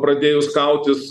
pradėjus kautis